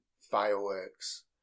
fireworks